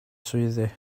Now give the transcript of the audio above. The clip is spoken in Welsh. swyddi